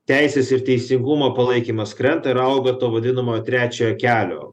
teisės ir teisingumo palaikymas krenta ir auga to vadinamojo trečiojo kelio